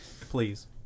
Please